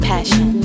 passion